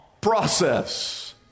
process